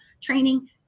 training